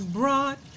brought